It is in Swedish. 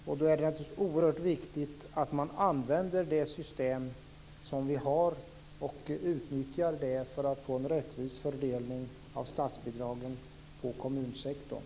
Då är det naturligtvis oerhört viktigt att vi använder det system som vi har och utnyttjar det för att få en rättvis fördelning av statsbidragen på kommunsektorn.